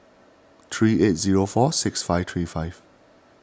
three eight zero four six five three five